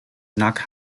knock